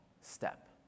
step